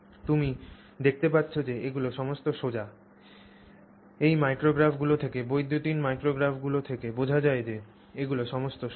তুমি দেখতে পাচ্ছ যে এগুলি সমস্ত সোজা এই মাইক্রোগ্রাফগুলি থেকে বৈদ্যুতিন মাইক্রোগ্রাফগুলি থেকে বোঝা যায় যে এগুলি সমস্ত সোজা